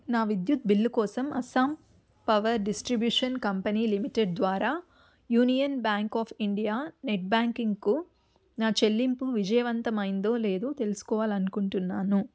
నా విద్యుత్ బిల్లు కోసం Assam power distribution company limited ద్వారా union bank of India net బ్యాంకింగ్కు నా చెల్లింపు విజయవంతమైందో లేదో తెలుసుకోవాలనుకుంటున్నాను